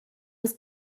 was